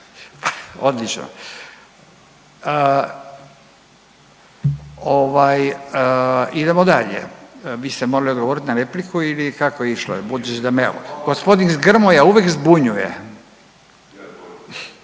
Odlično. Ovaj idemo dalje, vi ste morali odgovoriti na repliku ili kako je išlo budući da me gospodin Grmoja uvijek zbunjuje.